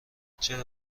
چرا